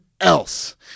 else